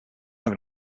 even